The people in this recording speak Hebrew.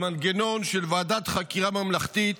למנגנון של ועדת חקירה ממלכתית